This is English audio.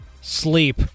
sleep